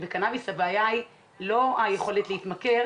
שבקנאביס הבעיה היא לא היכולת להתמכר